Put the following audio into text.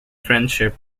friendship